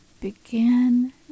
Begin